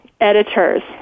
Editors